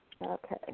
Okay